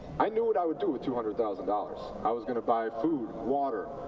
i knew what i would do with two hundred thousand dollars. i was going to buy food, water.